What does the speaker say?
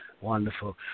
wonderful